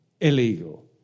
illegal